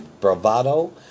Bravado